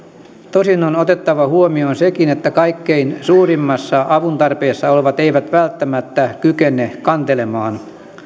tosin on on otettava huomioon sekin että kaikkein suurimmassa avuntarpeessa olevat eivät välttämättä kykene kantelemaan